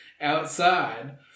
outside